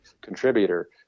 contributor